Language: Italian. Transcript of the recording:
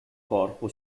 corpo